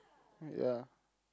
ya